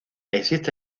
existe